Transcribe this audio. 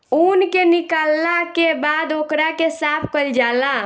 ऊन के निकालला के बाद ओकरा के साफ कईल जाला